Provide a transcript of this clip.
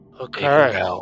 Okay